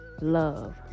love